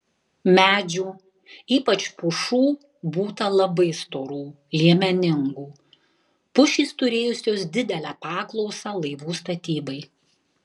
medžių ypač pušų būta labai storų liemeningų pušys turėjusios didelę paklausą laivų statybai